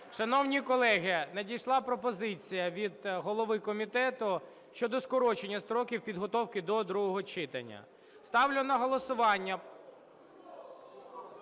Шановні колеги, надійшла пропозиція від голови комітету щодо скорочення строків підготовки до другого читання. Ставлю на голосування.